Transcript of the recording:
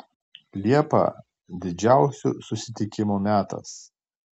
liepa didžiausių susitikimų metas